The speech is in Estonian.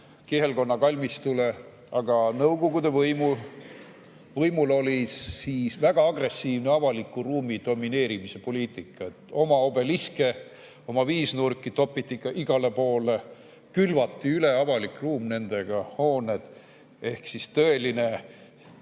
kihelkonna kalmistule. Aga Nõukogude võimul oli väga agressiivne avalikus ruumis domineerimise poliitika. Oma obeliske, oma viisnurki topiti igale poole, nendega külvati üle avalik ruum ja hooned, ehk see oli tõeline